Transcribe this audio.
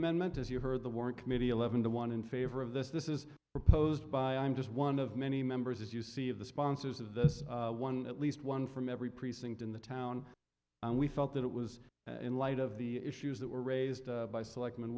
amendment as you heard the word committee eleven to one in favor of this this is proposed by i'm just one of many members as you see of the sponsors of this one at least one from every precinct in the town and we felt that it was in light of the issues that were raised by select